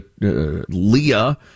Leah